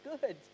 good